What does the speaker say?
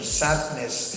sadness